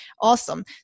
Awesome